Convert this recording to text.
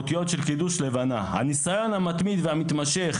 באותיות של קידוש לבנה: "הניסיון המתמיד והמתמשך